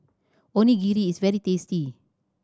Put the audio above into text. onigiri is very tasty